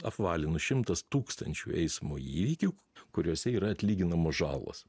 apvalinus šimtas tūkstančių eismo įvykių kuriuose yra atlyginamos žalos